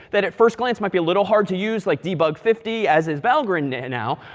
that at first glance, might be a little hard to use. like debug fifty, as is valgrind now.